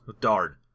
darn